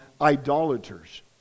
idolaters